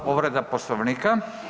Povreda Poslovnika.